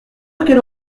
qu’elle